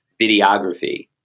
videography